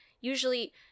Usually